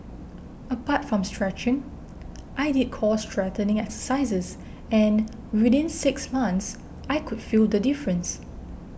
apart from stretching I did core strengthening exercises and within six months I could feel the difference